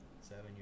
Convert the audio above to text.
seven